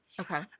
Okay